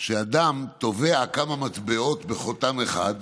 שאדם טובע כמה מטבעות בחותם אחד,